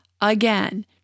again